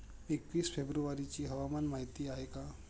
एकवीस फेब्रुवारीची हवामान माहिती आहे का?